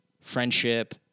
friendship